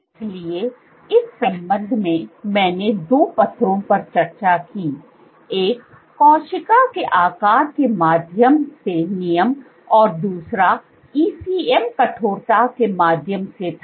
इसलिए इस संबंध में मैंने दो पत्रों पर चर्चा की एक कोशिका के आकार के माध्यम से नियमन और दूसरा ECM कठोरता के माध्यम से था